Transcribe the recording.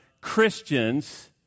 Christians